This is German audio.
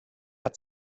hat